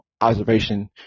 observation